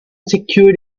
secured